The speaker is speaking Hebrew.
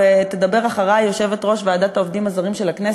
ותדבר אחרי יושבת-ראש הוועדה לעובדים זרים של הכנסת,